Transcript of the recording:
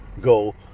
go